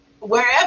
wherever